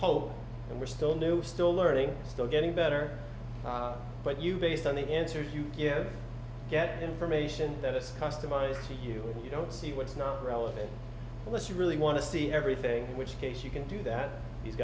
hope and we're still new still learning still getting better but you based on the answer you get information that is customized to you you don't see what's not relevant unless you really want to see everything which case you can do that these